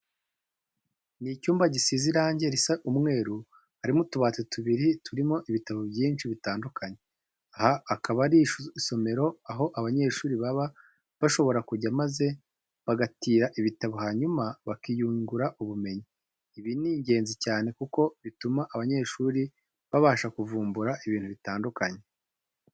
Ni icyumba gisizemo irange risa umweru, harimo utubati tubiri turimo ibitabo byinshi bitandukanye. Aha akaba ari mu isomero aho abanyeshuri baba bashobora kujya maze bagatira ibitabo hanyuma bakiyungura ubumenyi. Ibi ni ingenzi cyane kuko bituma abanyeshuri babasha kuvumbura ibintu bitandukanye.